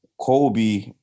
Kobe